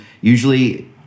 Usually